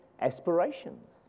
aspirations